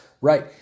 Right